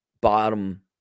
bottom